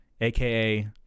aka